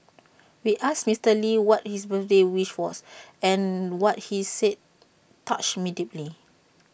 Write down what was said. we asked Mister lee what his birthday wish was and what he said touched me deeply